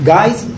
Guys